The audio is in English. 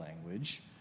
language